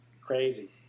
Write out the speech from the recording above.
Crazy